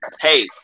hey